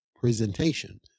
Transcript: presentation